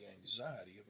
anxiety